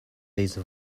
these